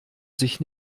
sich